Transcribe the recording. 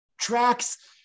tracks